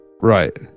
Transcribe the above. Right